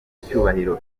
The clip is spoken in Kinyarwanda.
icyubahiro